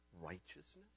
righteousness